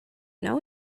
know